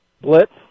Blitz